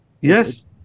Yes